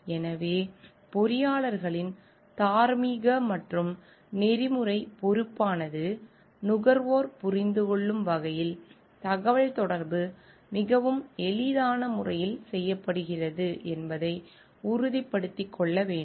எனவே பொறியாளர்களின் தார்மீக மற்றும் நெறிமுறைப் பொறுப்பானது நுகர்வோர் புரிந்துகொள்ளும் வகையில் தகவல்தொடர்பு மிகவும் எளிதான முறையில் செய்யப்படுகிறது என்பதை உறுதிப்படுத்திக் கொள்ள வேண்டும்